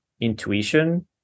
intuition